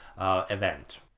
event